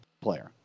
player